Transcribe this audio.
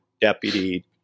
deputy